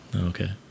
Okay